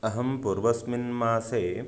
अहं पूर्वस्मिन् मासे